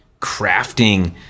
crafting